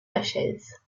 lachaise